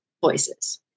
voices